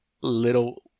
little